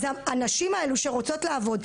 אז הנשים האלו שרוצות לעבוד,